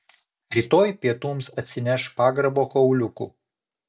rytoj pietums atsineš pagrabo kauliukų